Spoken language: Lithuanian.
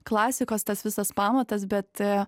klasikos tas visas pamatas bet